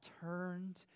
turned